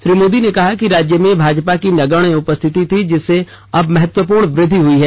श्री मोदी ने कहा कि राज्य में भाजपा की नगण्य उपस्थिति थी जिसमें अब महत्वपूर्ण वृद्धि हुई है